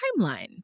timeline